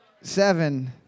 seven